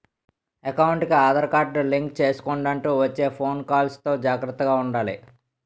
ఎకౌంటుకి Aadhaar card link చేసుకొండంటూ వచ్చే ఫోను కాల్స్ తో జాగర్తగా ఉండాలి